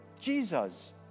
Jesus